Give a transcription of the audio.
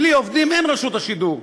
בלי עובדים אין רשות השידור.